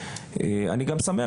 אני גם שמח,